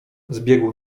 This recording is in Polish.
zbiegł